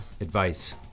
advice